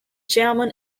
chairman